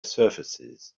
surfaces